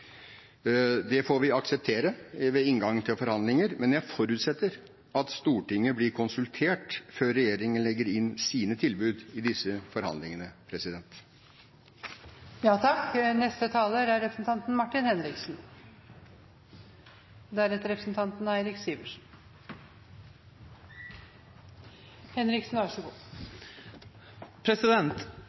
Det får vi akseptere ved inngangen til forhandlinger, men jeg forutsetter at Stortinget blir konsultert før regjeringen legger inn sine tilbud i disse forhandlingene. Norge var tidlig ute med en egen strategi for nordområdene og har ledet an i utviklinga i nord. I dag er